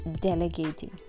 delegating